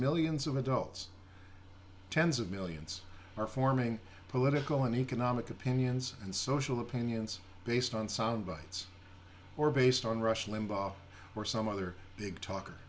millions of adults tens of millions are forming political and economic opinions and social opinions based on sound bites or based on rush limbaugh or some other big talker